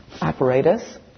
apparatus